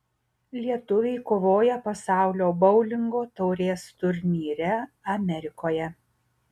lietuviai kovoja pasaulio boulingo taurės turnyre amerikoje